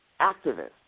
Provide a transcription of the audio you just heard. activists